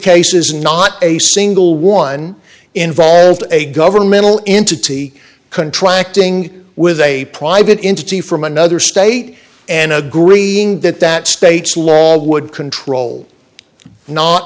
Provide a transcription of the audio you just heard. cases not a single one involved a governmental entity contracting with a private entity from another state and agreeing that that state's law would control not